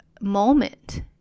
moment